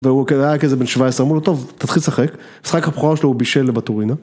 והוא היה איזה בן 17, אמרו לו טוב תתחיל לשחק, המשחק הבכורה שלו הוא בישל בטורינה.